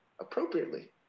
appropriately